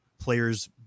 players